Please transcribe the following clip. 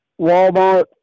Walmart